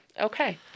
Okay